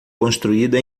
construída